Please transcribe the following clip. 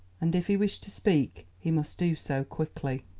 and if he wished to speak he must do so quickly.